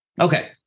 Okay